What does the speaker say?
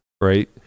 right